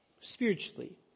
spiritually